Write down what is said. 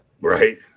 right